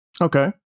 okay